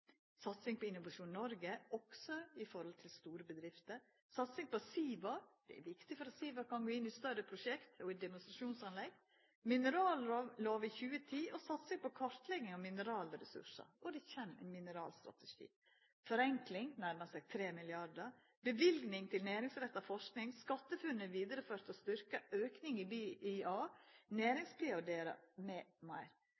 Satsing på Innovasjon Norge – også når det gjeld store bedrifter Satsing på SIVA – viktig for at SIVA kan gå inn i større prosjekt og demonstrasjonsanlegg Minerallov i 2010 og satsing på kartlegging av mineralressursar – ein mineralstrategi kjem Forenkling – nærmar seg 3 mrd. kr Løyvingar til næringsretta forsking SkatteFUNN er vidareført og styrkt, auking